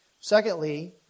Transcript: Secondly